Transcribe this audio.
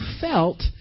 felt